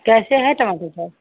कैसे है टमाटर सॉस